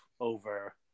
over